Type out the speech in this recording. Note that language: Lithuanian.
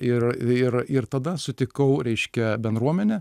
ir ir ir tada sutikau reiškia bendruomenę